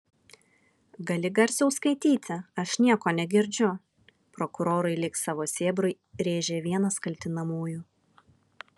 gali garsiau skaityti aš nieko negirdžiu prokurorui lyg savo sėbrui rėžė vienas kaltinamųjų